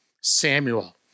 Samuel